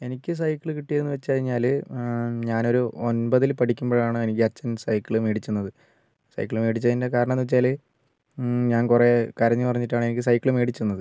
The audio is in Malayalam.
എനിക്ക് സൈക്കിൾ കിട്ടിയതെന്ന് വെച്ചു കഴിഞ്ഞാൽ ഞാനൊരു ഒമ്പതിൽ പഠിക്കുമ്പോഴാണ് എനിക്ക് അച്ഛൻ സൈക്കിൾ മേടിച്ചു തന്നത് സൈക്കിൾ മേടിച്ചതിൻ്റെ കാരണം എന്ന് വെച്ചാൽ ഞാൻ കുറേ കരഞ്ഞു പറഞ്ഞിട്ടാണ് എനിക്ക് സൈക്കിൾ മേടിച്ച് തന്നത്